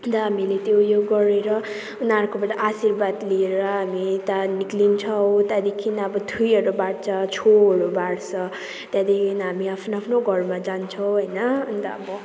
अन्त हामीले त्यो उयो गरेर उनीहरूकोबाट आशीर्वाद लिएर हामी त निस्किन्छौँ त्यहाँदेखि अब ठुईहरू बाँड्छ छोहरू बाँड्छ त्यहाँदेखि हामी आफ्नो आफ्नो घरमा जान्छौँ होइन अन्त अब